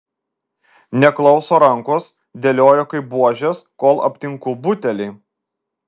neklauso rankos dėlioju kaip buožes kol aptinku butelį